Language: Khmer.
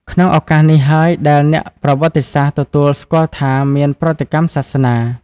ក្នុងឱកាសនោះហើយដែលអ្នកប្រវត្តិសាស្ត្រទទួលស្គាល់ថាមាន ប្រតិកម្មសាសនា។